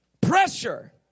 Pressure